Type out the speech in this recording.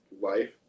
life